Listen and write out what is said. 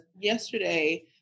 yesterday